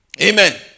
Amen